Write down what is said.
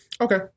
Okay